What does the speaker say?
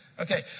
Okay